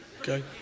okay